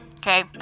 Okay